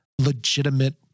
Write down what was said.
legitimate